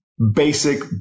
basic